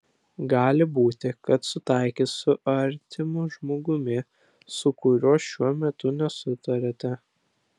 gali būti kad sutaikys su artimu žmogumi su kuriuo šiuo metu nesutariate